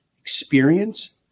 experience